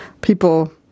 People